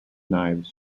knives